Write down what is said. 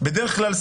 "בדרך כלל,